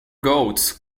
goats